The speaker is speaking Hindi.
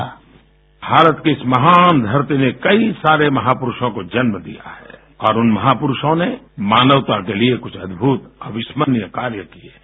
बाईट भारत की इस महान धरती ने कई सारे महापुरूषों को जन्म दिया है और उन महापुरूषों ने मानवता के लिए कुछ अद्भुत अविस्मरणीय कार्य किए हैं